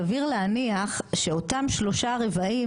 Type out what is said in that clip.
סביר להניח שאותם שלושה רבעים,